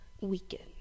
weekend